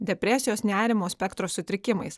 depresijos nerimo spektro sutrikimais